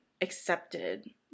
accepted